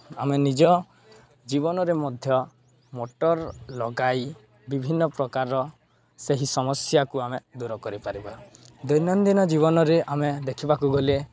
ଆମେ ନିଜ ଜୀବନରେ ମଧ୍ୟ ମଟର୍ ଲଗାଇ ବିଭିନ୍ନପ୍ରକାରର ସେହି ସମସ୍ୟାକୁ ଆମେ ଦୂର କରିପାରିବା ଦୈନନ୍ଦିନ ଜୀବନରେ ଆମେ ଦେଖିବାକୁ ଗଲେ